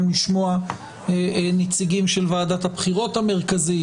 גם לשמוע נציגים של ועדת הבחירות המרכזית,